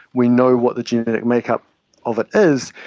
we know what the genetic make-up of it is,